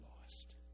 lost